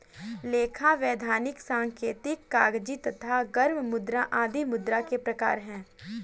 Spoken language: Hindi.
लेखा, वैधानिक, सांकेतिक, कागजी तथा गर्म मुद्रा आदि मुद्रा के प्रकार हैं